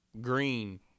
green